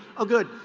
oh good.